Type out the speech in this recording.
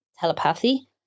telepathy